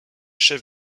chef